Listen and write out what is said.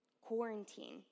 quarantine